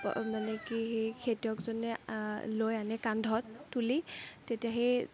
মানে কি সেই খেতিয়কজনে লৈ আনে কান্ধত তুলি তেতিয়া সেই